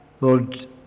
Lord